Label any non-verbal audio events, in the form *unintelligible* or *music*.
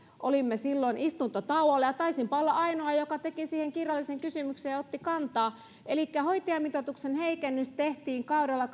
olimme silloin istuntotauolla ja taisinpa olla ainoa joka teki siihen kirjallisen kysymyksen ja otti kantaa elikkä hoitajamitoituksen heikennys tehtiin kaudella *unintelligible*